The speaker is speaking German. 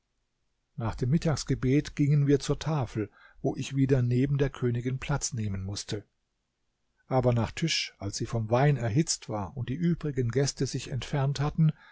nach dem mittagsgebet gingen wir zur tafel wo ich wieder neben der königin platz nehmen mußte aber nach tisch als sie vom wein erhitzt war und die übrigen gäste sich entfernt hatten